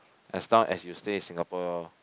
as long as you stay in Singapore